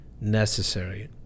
necessary